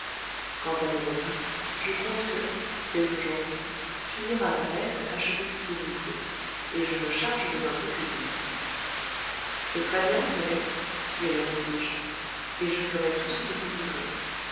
quant à nos repas je compte que dès aujourd'hui tu iras à mesples acheter ce qu'il nous faut et je me charge de notre cuisine c'est très-bien brulette lui répondis-je et je ferai tout ce que vous voudrez